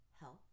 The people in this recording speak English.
health